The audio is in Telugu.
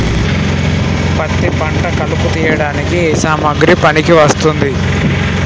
పత్తి పంట కలుపు తీయడానికి ఏ సామాగ్రి పనికి వస్తుంది?